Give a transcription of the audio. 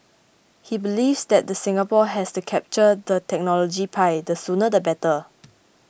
he believes that the Singapore has to capture the technology pie the sooner the better